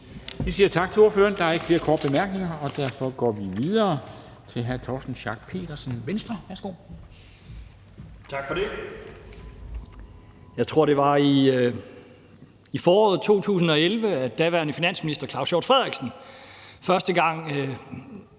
Vi siger tak til ordføreren. Der er ikke flere korte bemærkninger, og derfor går vi videre til hr. Torsten Schack Pedersen, Venstre. Værsgo. Kl. 14:44 (Ordfører) Torsten Schack Pedersen (V): Tak for det. Jeg tror, det var i foråret 2011, at daværende finansminister Claus Hjort Frederiksen første gang